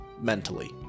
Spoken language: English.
mentally